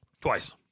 Twice